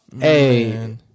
Hey